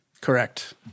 Correct